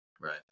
Right